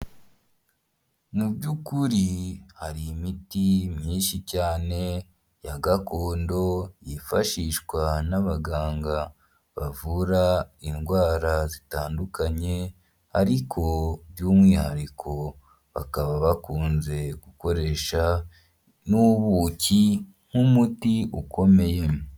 Mu by'ukuri hari imiti myinshi cyane ya gakondo yifashishwa n'abaganga bavura indwara zitandukanye ariko by'umwihariko bakaba bakunze gukoresha n'ubuki nk'umuti ukomeye.